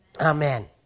Amen